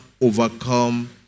overcome